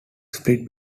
split